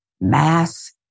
mass